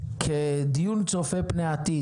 כדיון צופה פני עתיד,